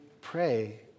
pray